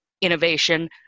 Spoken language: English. innovation